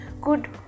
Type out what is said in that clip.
good